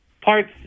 parts